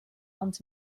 ond